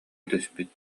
түспүт